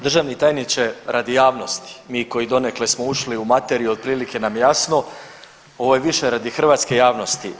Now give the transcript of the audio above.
Državni tajniče radi javnosti mi koji donekle smo ušli u materiju otprilike nam jasnu, ovo je više radi hrvatske javnosti.